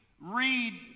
read